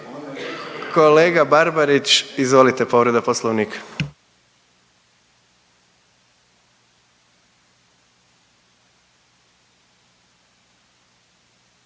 Kolega Barbarić, izvolite, povreda Poslovnika.